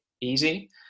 easy